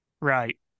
Right